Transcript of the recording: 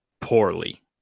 poorly